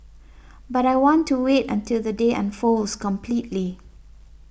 but I want to wait until the day unfolds completely